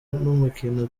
n’umukino